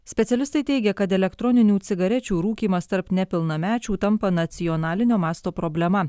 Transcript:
specialistai teigia kad elektroninių cigarečių rūkymas tarp nepilnamečių tampa nacionalinio masto problema